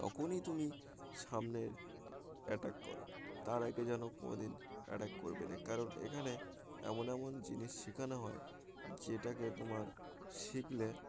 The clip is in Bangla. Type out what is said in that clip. তখনই তুমি সামনে অ্যাটাক করো তার আগে যেন কোনোদিন অ্যাটাক করবে না কারণ এখানে এমন এমন জিনিস শেখানো হয় যেটাকে তোমার শিখলে